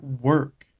work